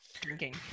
drinking